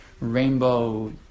rainbow